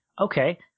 okay